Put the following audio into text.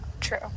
true